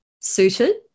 suited